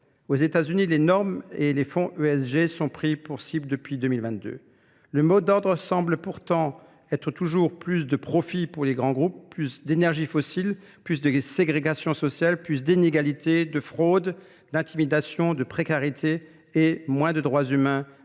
Aux États-Unis, les normes et les fonds ESG sont pris pour cible depuis 2022. Le mot d'ordre semble pourtant être toujours plus de profit pour les grands groupes, plus d'énergie fossile, plus de ségrégation sociale, plus d'inégalité, de fraude, d'intimidation, de précarité et moins de droits humains,